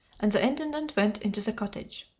and the intendant went into the cottage.